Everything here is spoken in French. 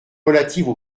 relatives